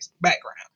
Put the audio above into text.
background